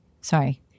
Sorry